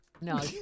No